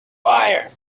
fire